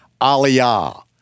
aliyah